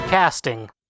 Casting